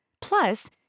Plus